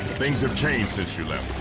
things have changes since you left.